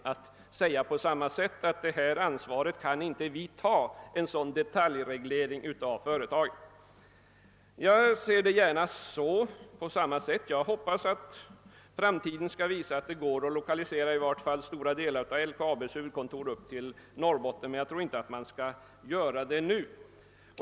Jag anser att även riksdagen bör inta ståndpunkten att en sådan detaljreglering av företaget inte bör ankomma på riksdagen. Jag hoppas att framtiden skall visa att det går att lokalisera i varje fall stora delar av LKAB:s huvudkontor till Norrbotten, men jag tror inte att det bör ske nu.